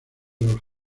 los